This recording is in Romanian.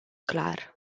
clar